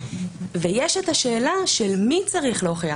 ויש את השאלה של מי צריך להוכיח.